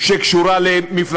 בעיה של פריימריז,